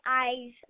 eyes